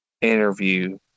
interview